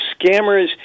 scammers